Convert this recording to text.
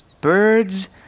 Birds